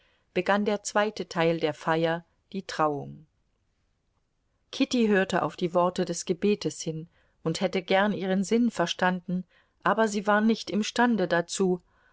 begann der zweite teil der feier die trauung kitty hörte auf die worte des gebetes hin und hätte gern ihren sinn verstanden aber sie war nicht imstande dazu